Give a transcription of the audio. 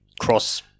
cross